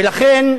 ולכן,